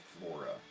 flora